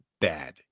bad